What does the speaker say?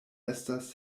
estas